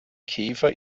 käfer